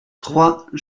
trois